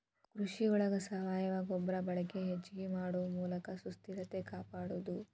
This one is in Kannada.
ಕೃಷಿ ಒಳಗ ಸಾವಯುವ ಗೊಬ್ಬರದ ಬಳಕೆ ಹೆಚಗಿ ಮಾಡು ಮೂಲಕ ಸುಸ್ಥಿರತೆ ಕಾಪಾಡುದು